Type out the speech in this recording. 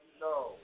No